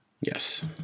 yes